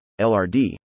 LRD